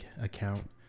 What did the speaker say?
account